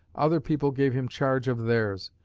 other people gave him charge of theirs.